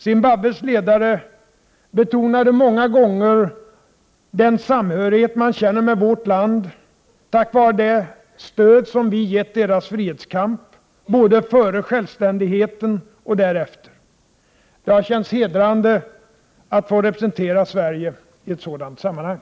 Zimbabwes ledare betonade många gånger den samhörighet man känner med vårt land, tack vare det stöd som vi gett deras frihetskamp — både före självständigheten, och därefter. Det har känts hedrande att få representera Sverige i ett sådant sammanhang.